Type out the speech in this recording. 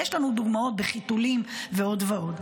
ויש לנו דוגמאות בחיתולים ועוד ועוד.